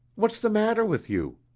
what's the matter with you?